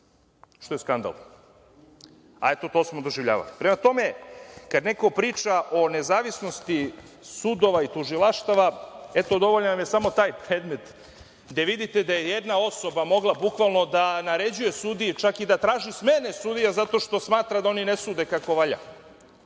što je skandal, a eto, to smo doživljavali. Prema tome, kad neko priča o nezavisnosti sudova i tužilaštava, eto, dovoljan vam je samo taj predmet gde vidite da je jedna osoba mogla bukvalno da naređuje sudiji, čak i da traži smene sudija zato što smatra da oni ne sude kako valja.